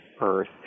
Earth